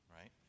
right